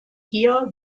hier